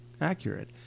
accurate